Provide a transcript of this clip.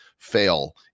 fail